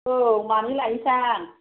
औ मानै लायनोसै आं